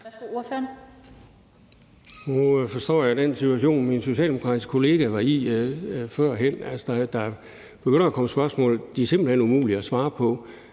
Bang Henriksen (V): Nu forstår jeg den situation, min socialdemokratiske kollega var i før. Der begynder at komme spørgsmål, som simpelt hen er umulige at svare på.